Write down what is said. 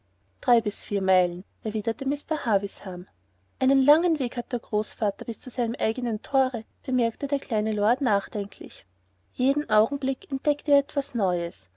drei bis vier meilen erwiderte mr havisham einen langen weg hat der großvater bis zu seinem eignen thore bemerkte der kleine lord nachdenklich jeden augenblick entdeckte er etwas neues